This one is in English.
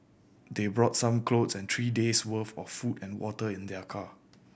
they brought some clothes and three days' worth of food and water in their car